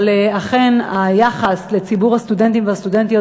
אבל אכן היחס לציבור הסטודנטים והסטודנטיות